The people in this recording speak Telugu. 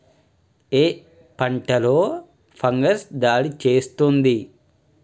ఏ పంటలో ఫంగస్ దాడి చేస్తుంది?